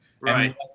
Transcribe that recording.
right